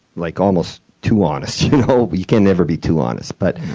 like, almost too honest. you know but you can never be too honest, but,